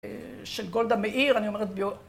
של גולדה מאיר, אני אומרת ביו...